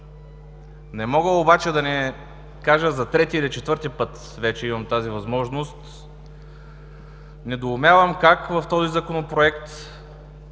Не мога обаче да не кажа – за трети или за четвърти път вече имам тази възможност, че недоумявам как в този Законопроект